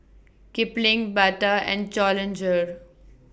Kipling Bata and Challenger